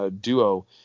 duo